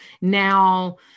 now